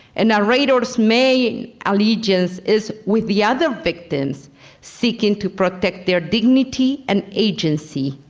and narrator's main allegiance is with the other victims seeking to protect their dignity and agency.